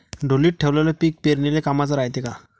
ढोलीत ठेवलेलं पीक पेरनीले कामाचं रायते का?